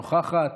נוכחת.